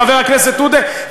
חבר הכנסת עודה,